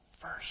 first